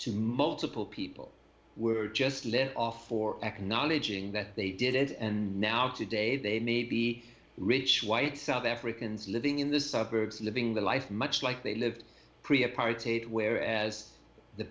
to multiple people were just let off for acknowledging that they did it and now today they may be rich white south africans living in the suburbs living the life much like they lived pre